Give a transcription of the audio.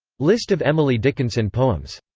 list of emily dickinson poems